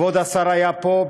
כבוד השר היה פה,